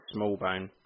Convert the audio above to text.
Smallbone